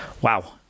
wow